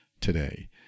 today